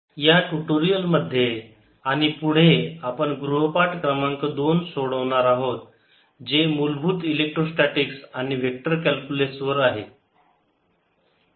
problems 1 4 या tutorial मध्ये आणि पुढे आपण गृहपाठ क्रमांक 2 सोडणार आहोत जे मूलभूत इलेक्ट्रोस्टॅटीकस आणि वेक्टर कॅल्क्युलस वर आहे